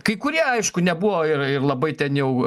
kurie aišku nebuvo ir ir labai ten jau